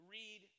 read